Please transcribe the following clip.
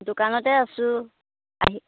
দোকানতে আছো আহি